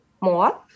more